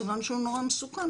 סימן שהוא נורא מסוכן,